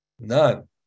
none